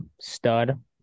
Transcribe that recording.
stud